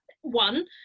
one